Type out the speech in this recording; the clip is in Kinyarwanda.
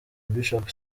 bishop